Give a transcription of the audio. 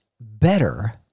better